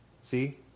See